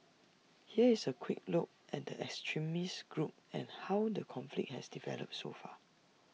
here is A quick look at the extremist group and how the conflict has developed so far